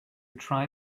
try